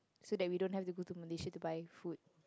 so that we don't have to go to Malaysia to buy food